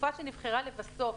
החלופה שנבחרה לבסוף,